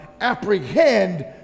apprehend